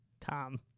Tom